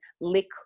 lick